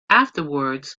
afterwards